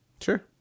sure